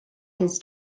his